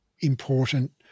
important